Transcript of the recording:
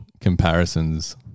comparisons